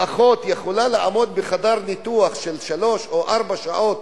אחות יכולה לעמוד בחדר ניתוח שלוש או ארבע שעות